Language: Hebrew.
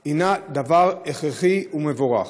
היא דבר הכרחי ומבורך,